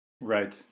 Right